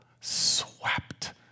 swept